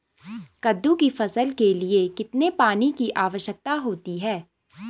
कद्दू की फसल के लिए कितने पानी की आवश्यकता होती है?